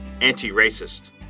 anti-racist